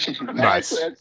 Nice